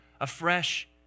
afresh